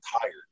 tired